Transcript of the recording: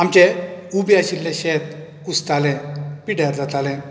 आमचे उबें आशिल्ले शेत कुसतालें पिड्ड्यार जातालें